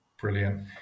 Brilliant